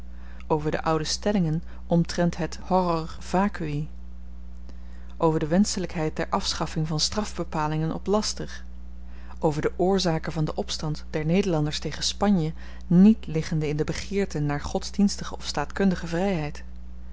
over de oude stellingen omtrent het horror vacui over de wenschelykheid der afschaffing van strafbepalingen op laster over de oorzaken van den opstand der nederlanders tegen spanje niet liggende in de begeerte naar godsdienstige of staatkundige vryheid